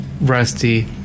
rusty